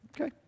Okay